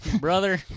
Brother